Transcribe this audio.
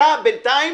אתה בינתיים